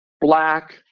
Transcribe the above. black